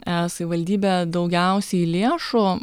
savivaldybė daugiausiai lėšų